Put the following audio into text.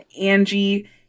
Angie